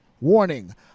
Warning